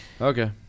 Okay